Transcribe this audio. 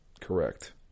Correct